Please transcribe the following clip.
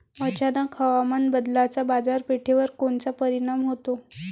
अचानक हवामान बदलाचा बाजारपेठेवर कोनचा परिणाम होतो?